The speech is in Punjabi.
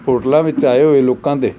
ਹੋਟਲਾਂ ਵਿੱਚ ਆਏ ਹੋਏ ਲੋਕਾਂ ਦੇ